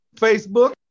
Facebook